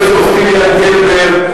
פרופסור סטיליאן גלברג,